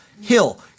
hill